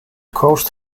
coached